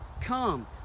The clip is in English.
come